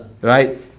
right